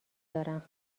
دارم